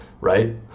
right